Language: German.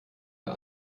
der